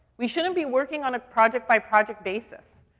we shouldn't be working on a project by project basis,